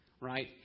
right